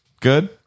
Good